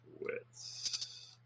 wits